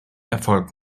erfolgt